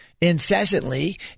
incessantly